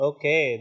Okay